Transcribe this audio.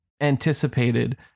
anticipated